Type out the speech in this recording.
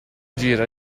gira